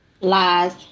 Lies